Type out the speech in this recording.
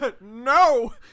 no